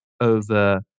over